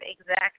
exact